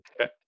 Okay